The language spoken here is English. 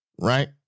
right